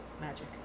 magic